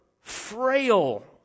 frail